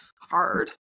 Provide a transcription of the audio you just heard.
hard